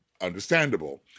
Understandable